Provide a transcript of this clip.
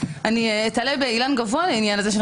איתלה בעניין גבוה בעניין הזה שאני